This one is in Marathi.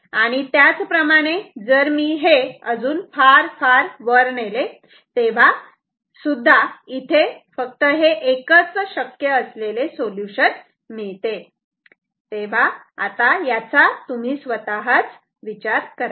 आणि त्याचप्रमाणे जर मी हे फार वर नेले तेव्हा सुद्धा इथे फक्त हे एकच शक्य असलेले सोल्युशन मिळते याचा तुम्ही स्वतःच विचार करा